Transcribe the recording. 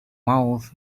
mouth